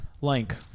Link